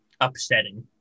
upsetting